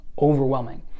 overwhelming